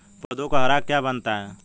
पौधों को हरा क्या बनाता है?